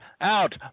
out